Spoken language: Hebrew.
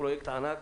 של פרויקט ענק,